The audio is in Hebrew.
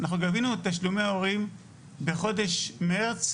אנחנו גבינו את תשלומי ההורים בחודש מרץ,